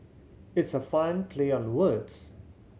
it's a fun play on words